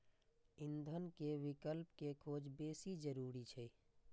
ईंधन के विकल्प के खोज बेसी जरूरी छै